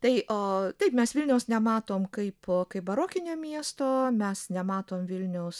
tai a taip mes vilniaus nematom kaip o kaip barokinio miesto mes nematom vilniaus